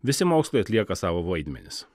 visi mokslai atlieka savo vaidmenis